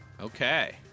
Okay